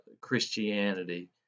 Christianity